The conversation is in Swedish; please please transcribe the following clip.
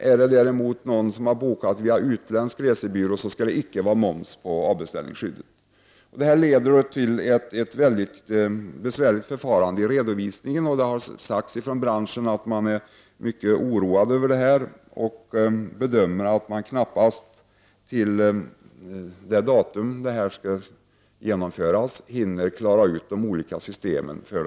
Om någon bokat via utländsk resebyrå skall det icke vara moms på avbeställningsskyddet. Detta leder till ett besvärligt förfarande i redovisningen. Det har uttalats från branschen att man är mycket oroad över detta. Man bedömer att man knappast hinner klara ut de olika systemen för den här redovis ningen till det datum då momsen skall införas.